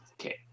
Okay